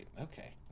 Okay